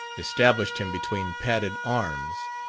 established him between padded arms,